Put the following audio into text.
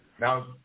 Now